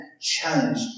challenge